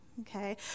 Okay